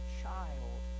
child